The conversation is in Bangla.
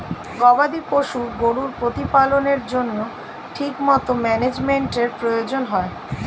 গবাদি পশু গরুর প্রতিপালনের জন্য ঠিকমতো ম্যানেজমেন্টের প্রয়োজন হয়